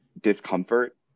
discomfort